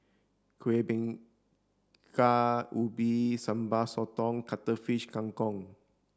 Kuih Bingka Ubi Sambal Sotong and Cuttlefish Kang Kong